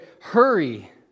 hurry